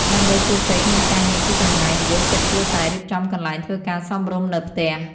ដើម្បីជោគជ័យក្នុងការងារពីចម្ងាយ និយោជិតគួរតែ រៀបចំកន្លែងធ្វើការសមរម្យ នៅផ្ទះ។